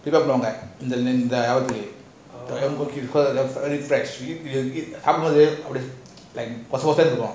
போசை போசைனு இருக்கும்:posa posanu irukum